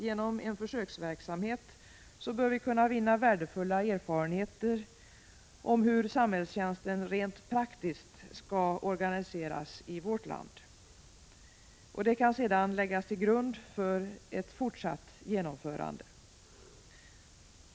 Genom en försöksverksamhet bör vi kunna vinna värdefulla erfarenheter om hur samhällstjänsten rent praktiskt skall organiseras i vårt land. Detta kan sedan läggas till grund för ett fortsatt genomförande.